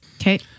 Okay